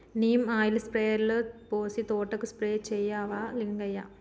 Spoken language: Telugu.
నీమ్ ఆయిల్ స్ప్రేయర్లో పోసి తోటకు స్ప్రే చేయవా లింగయ్య